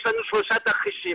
יש לנו שלושה תרחישים,